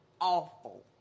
awful